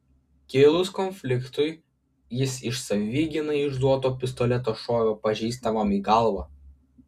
kilus konfliktui jis iš savigynai išduoto pistoleto šovė pažįstamam į galvą